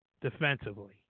defensively